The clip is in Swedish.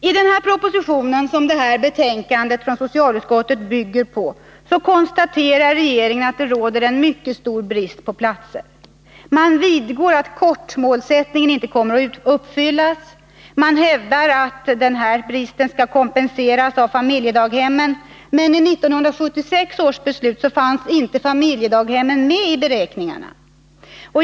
I den proposition som detta betänkande från socialutskottet bygger på konstaterar regeringen att det råder en mycket stor brist på platser. Man vidgår att kortmålet inte kommer att uppfyllas. Man hävdar att denna brist skall kompenseras av familjedaghemmen, men i 1976 års beslut fanns inte familjedaghemmen med i beräkningarna.